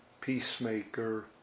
peacemaker